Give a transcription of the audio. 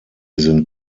sind